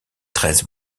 treize